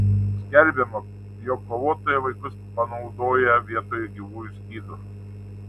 skelbiama jog kovotojai vaikus panaudoja vietoj gyvųjų skydų